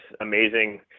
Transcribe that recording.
amazing